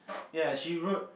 ya she wrote